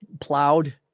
plowed